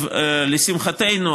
לשמחתנו,